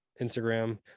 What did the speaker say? Instagram